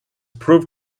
proved